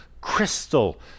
crystal